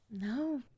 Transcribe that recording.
No